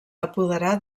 apoderar